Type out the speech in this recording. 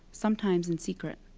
sometimes in secret?